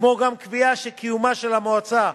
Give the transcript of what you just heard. כמו גם קביעה שקיומה של המועצה,